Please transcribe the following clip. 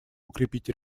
укрепить